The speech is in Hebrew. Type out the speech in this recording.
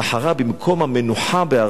במקום המנוחה בארצה,